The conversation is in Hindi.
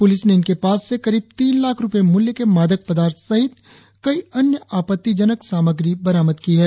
पुलिस ने इनके पास से करीब तीन लाख रुपए मूल्य के मादक पदार्थ सहित कई अन्य आपत्तिजनक सामग्री बरामद की है